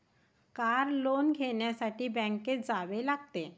car loan घेण्यासाठी बँकेत जावे लागते